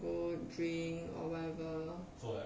go drink or whatever